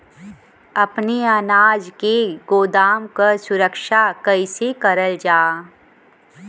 अपने अनाज के गोदाम क सुरक्षा कइसे करल जा?